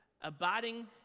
abiding